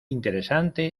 interesante